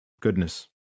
goodness